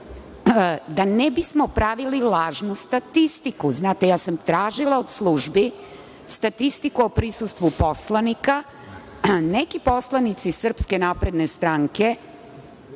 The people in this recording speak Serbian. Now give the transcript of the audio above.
da ne bismo pravili lažnu statistiku. Znate, ja sam tražila od službi statistiku o prisutnosti poslanika, neki poslanici SNS, shodno elektronskom